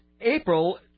April